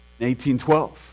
1812